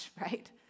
right